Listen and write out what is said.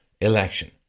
election